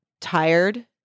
tired